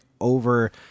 over